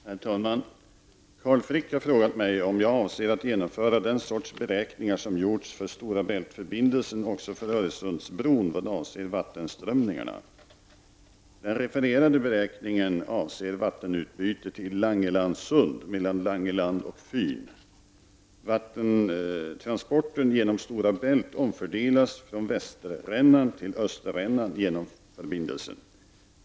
Herr talman! Carl Frick har frågat mig om jag avser att genomföra den sorts beräkningar som gjorts för Vattentransporten genom Stora Bält omfördelas från Västerrännan till Österrännan genom förbindelsen.